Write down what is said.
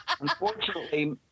unfortunately